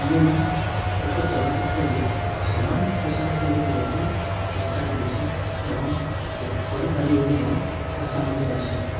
ମୁଁ ଏକ ଚଳଚ୍ଚିତ୍ରରେ ସମାନ ପୋଷାକ ତିଆରି କରିବାକୁ ଚେଷ୍ଟା କରୁଛି ଏବଂ କରିପାରିବି ବୋଲି ମୋର ଆଶା ମଧ୍ୟ ଅଛି